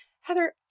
Heather